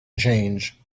change